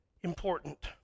important